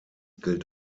gilt